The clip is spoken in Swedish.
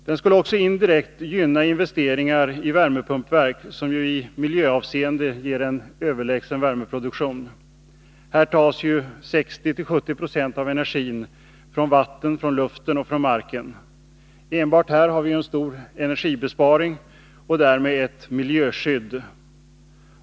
Den skulle också indirekt gynna investeringar i värmepumpverk, som ju ger en i miljöavseende överlägsen värmeproduktion. Här tas ju 60-70 96 av energin från vatten, från luften eller från marken. Enbart häri ligger en stor energibesparing och därmed ett miljöskydd.